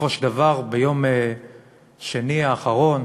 ובסופו של דבר ביום שני האחרון